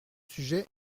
sujets